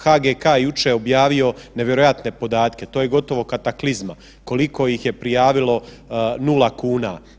HGK je jučer objavio nevjerojatne podatke, to je gotovo kataklizma koliko ih je prijavilo nula kuna.